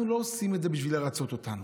אנחנו לא עושים את זה בשביל לרצות אותנו.